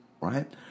right